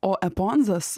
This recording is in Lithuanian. o eponzas